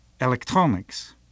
electronics